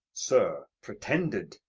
sir! pretended?